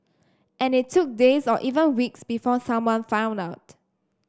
and it took days or even weeks before someone found out